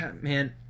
Man